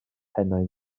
pennau